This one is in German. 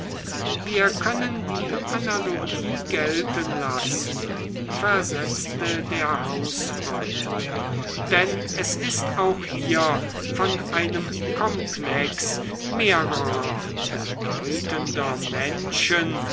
wir können die analogie gelten lassen versetzte der hausfreund denn es ist auch hier von einem komplex mehrerer bedeutender menschen